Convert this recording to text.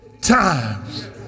times